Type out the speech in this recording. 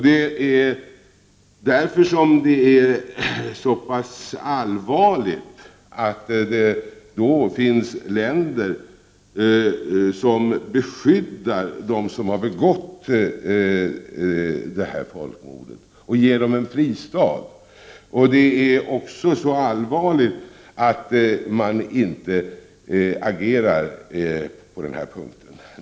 Det är därför som det är så allvarligt att det finns länder som beskyddar dem som begått detta folkmord genom att ge dem en fristad. Det är också allvarligt att man inte agerar på denna punkt.